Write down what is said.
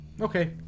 Okay